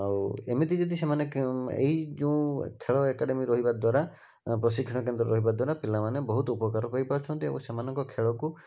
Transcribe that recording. ଆଉ ଏମିତି ଯଦି ସେମାନେ ଏଇ ଯୋଉଁ ଖେଳ ଏକାଡ଼େମୀ ରହିବା ଦ୍ଵାରା ପ୍ରଶିକ୍ଷଣ କେନ୍ଦ୍ର ରହିବା ଦ୍ଵାରା ପିଲାମାନେ ବହୁତ ଉପକାର ପାଇପାରୁଛନ୍ତି ଏବଂ ସେମାନଙ୍କ ଖେଳକୁ